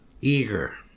eager